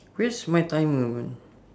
where's my timer my